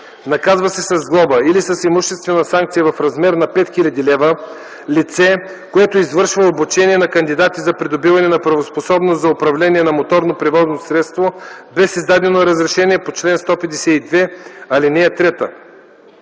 Наказва се с глоба или с имуществена санкция в размер 5000 лв. лице, което извършва обучение на кандидати за придобиване на правоспособност за управление на моторно превозно средство без издадено разрешение по чл. 152, ал. 3.